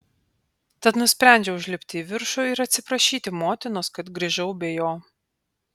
tad nusprendžiau užlipti į viršų ir atsiprašyti motinos kad grįžau be jo